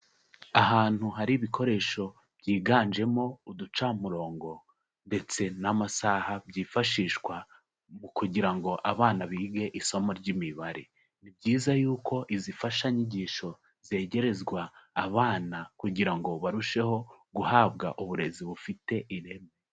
Ahantu hari ibikoresho byiganjemo uducamurongo ndetse n'amasaha byifashishwa mu kugira ngo abana bige isomo ry'imibare. Ni byiza yuko izi mfashanyigisho zegerezwa abana kugira ngo barusheho guhabwa uburezi bufite ireme.